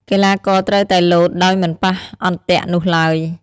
កីឡាករត្រូវតែលោតដោយមិនប៉ះអន្ទាក់នោះឡើយ ។